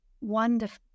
Wonderful